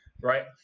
right